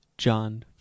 John